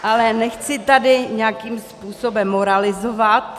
Ale nechci tady nějakým způsobem moralizovat.